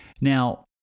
Now